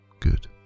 good